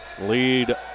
Lead